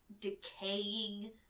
decaying